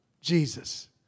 Jesus